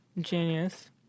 genius